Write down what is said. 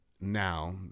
now